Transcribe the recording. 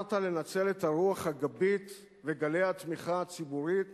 בחרת לנצל את הרוח הגבית וגלי התמיכה הציבורית